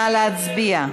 נא להצביע.